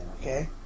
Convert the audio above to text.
okay